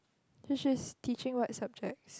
to she's teaching what subjects